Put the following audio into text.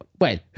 wait